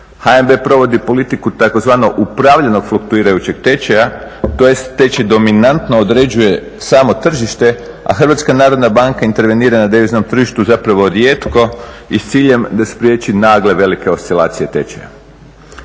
HNB provodi politiku tzv. upravljanja … tečaja, tj. tečaj dominanto određuje samo tržište a HNB intervenira na deviznom tržištu zapravo rijetko i s ciljem da spriječi nagle velike oscilacije tečaja.